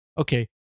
Okay